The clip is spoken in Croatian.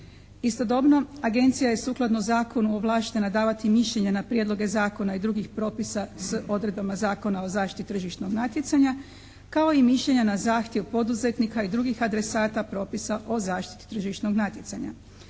Istodobno agencija je sukladno zakonu ovlaštena davati mišljenja na prijedloge zakona i drugih propisa s odredbama Zakona o zaštiti tržišnog natjecanja kao i mišljenja na zahtjev poduzetnika i drugih adresata propisa o zaštiti tržišnog natjecanja.